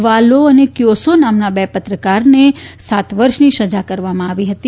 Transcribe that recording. વા લો અને Kyaw Soe નામના બે પત્રકારને સાત વર્ષની સજા કરવામાં આવી હતી